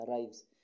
arrives